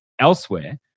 elsewhere